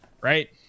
right